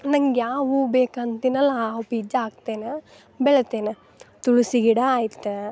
ನಂಗೆ ಯಾವ ಹೂ ಬೇಕು ಅಂತನಲ್ಲ ಆ ಬೀಜ ಹಾಕ್ತೆನ ಬೆಳೆತಿನ ತುಳಸಿ ಗಿಡ ಆಯಿತಾ